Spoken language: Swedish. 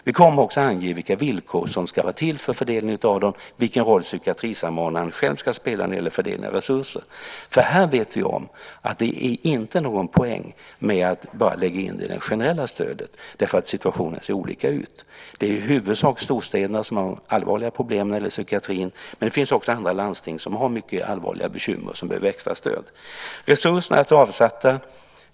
Vi kommer också att ange vilka villkor som ska gälla för fördelningen av dem och vilken roll psykiatrisamordnaren själv ska spela när det gäller fördelningen av resurser. Vi vet att det inte är någon poäng med att bara lägga in det i det generella stödet eftersom situationen ser olika ut på olika ställen. Det är i huvudsak storstäderna som har de allvarliga problemen när det gäller psykiatrin. Men det finns också andra landsting som har mycket allvarliga bekymmer och som behöver extra stöd. Resurserna är alltså avsatta.